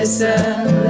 Listen